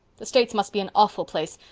the states must be an awful place.